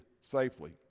safely